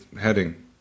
heading